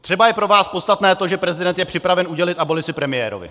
Třeba je pro vás podstatné to, že prezident je připraven udělit abolici premiérovi.